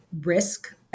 risk